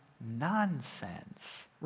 Nonsense